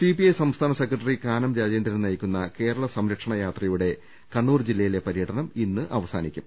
CPI സംസ്ഥാന secretary Kanam Rajendran നയിക്കുന്ന കേരള സംരക്ഷണ യാത്രയുടെ കണ്ണൂർ ജില്ലയിലെ പര്യടനം ഇന്ന് അവസാനിക്കും